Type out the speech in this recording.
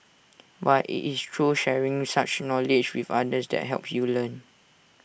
but IT is through sharing such knowledge with others that helps you learn